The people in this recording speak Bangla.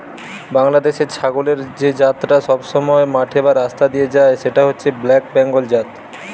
বাংলাদেশের ছাগলের যে জাতটা সবসময় মাঠে বা রাস্তা দিয়ে যায় সেটা হচ্ছে ব্ল্যাক বেঙ্গল জাত